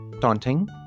daunting